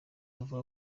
avuga